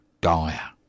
dire